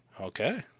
Okay